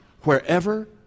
wherever